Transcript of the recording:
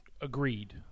agreed